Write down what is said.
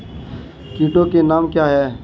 कीटों के नाम क्या हैं?